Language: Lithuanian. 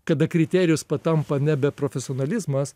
kada kriterijus tampa nebe profesionalizmas